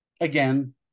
Again